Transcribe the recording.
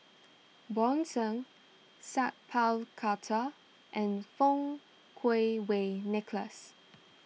Bjorn Shen Sat Pal Khattar and Fang Kuo Wei Nicholas